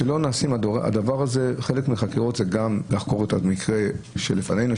חלק מחקירות זה גם לחקור את המקרה שלפנינו,